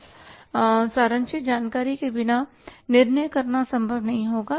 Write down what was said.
उस सारांशित जानकारी के बिना निर्णय करना संभव नहीं होगा